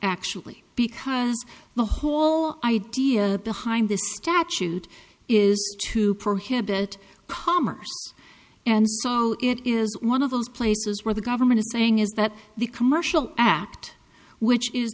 actually because the whole idea behind this statute is to prohibit commerce and so it is one of those places where the government is saying is that the commercial act which is